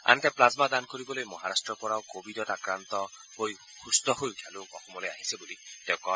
আনহাতে প্লাজমা দান কৰিবলৈ মহাৰাট্টৰ পৰাও ক ভিডত আক্ৰান্ত হৈ সুস্থ হৈ উঠা লোক অসমলৈ আহিছে বুলি তেওঁ কয়